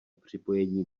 připojení